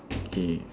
okay